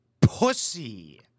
pussy